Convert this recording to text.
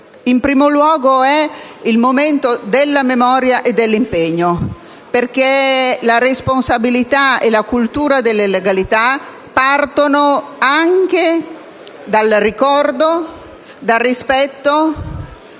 In primo luogo è il momento della memoria e dell'impegno, perché la responsabilità e la cultura della legalità partono anche dal ricordo, dal rispetto